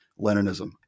Leninism